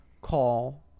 call